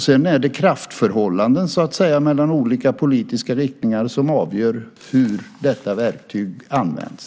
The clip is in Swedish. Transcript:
Sedan är det kraftförhållandena mellan olika politiska riktningar som avgör hur detta verktyg används.